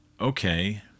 okay